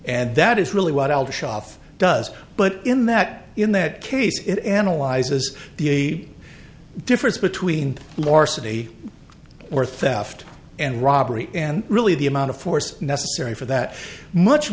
and that is really what al shaab does but in that in that case it analyzes the difference between more city or theft and robbery and really the amount of force necessary for that much